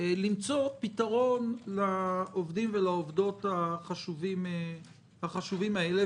למצוא פתרון לעובדים ולעובדות החשובים האלה.